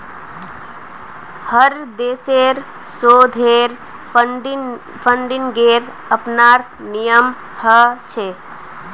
हर देशेर शोधेर फंडिंगेर अपनार नियम ह छे